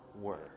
word